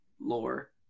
lore